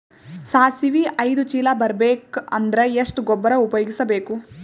ಸಾಸಿವಿ ಐದು ಚೀಲ ಬರುಬೇಕ ಅಂದ್ರ ಎಷ್ಟ ಗೊಬ್ಬರ ಉಪಯೋಗಿಸಿ ಬೇಕು?